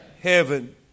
heaven